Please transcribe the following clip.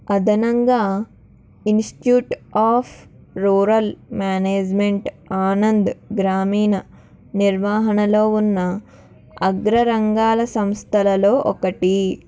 అదనంగా Institute of Rural Management Anand గ్రామీణ నిర్వాహణలో ఉన్న అగ్ర రంగాల సంస్థలలో ఒకటి